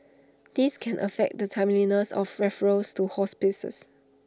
this can affect the timeliness of referrals to hospices